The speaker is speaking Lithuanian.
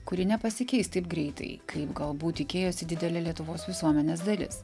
kuri nepasikeis taip greitai kaip galbūt tikėjosi didelė lietuvos visuomenės dalis